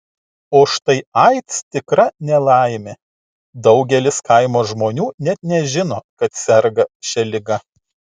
o štai aids tikra nelaimė daugelis kaimo žmonių net nežino kad serga šia liga